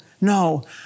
no